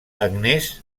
agnès